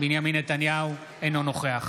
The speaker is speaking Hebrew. נתניהו, אינו נוכח